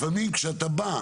לפעמים כשאתה בא,